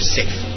safe